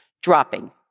dropping